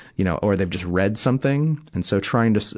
you know. or they've just read something. and so, trying to, ah,